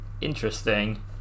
interesting